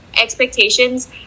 expectations